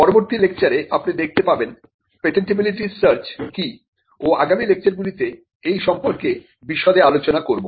পরবর্তী লেকচারে আপনি দেখতে পাবেন পেটেন্টটিবিলিটি সার্চ কি ও আগামী লেকচারগুলিতে এই সম্পর্কে বিশদে আলোচনা করব